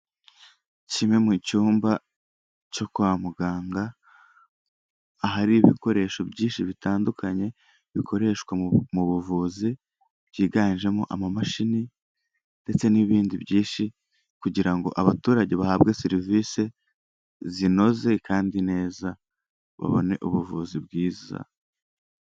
Kimwe mu cyumba cyo kwa muganga ahari ibikoresho byinshi bitandukanye bikoreshwa mu buvuzi, byiganjemo amamashini ndetse n'ibindi byinshi kugira ngo abaturage bahabwe serivisi zinoze kandi neza babone ubuvuzi bwiza.